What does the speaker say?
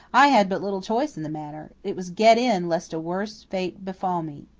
i had but little choice in the matter. it was get in lest a worse fate befall me.